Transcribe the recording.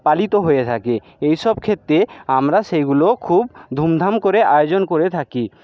পালিত হয়ে থাকে এইসব ক্ষেত্রে আমরা সেইগুলো খুব ধুমধাম করে আয়োজন করে থাকি